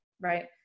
right